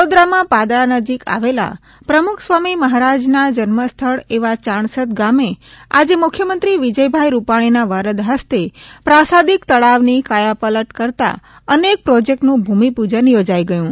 વડોદરામાં પાદરા નજીક આવેલા પ્રમુખ સ્વામી મહારાજના જન્મસ્થળ એવા યાણસદ ગામે આજે મુખ્યમંત્રી વિજયભાઇ રૂપાણીના વરદફસ્તે પ્રાસાદિક તળાવની કાયાપલટ કરતા અનેક પ્રોજેક્ટનું ભૂમિપૂજન થોજાઇ ગયું